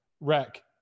wreck